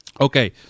Okay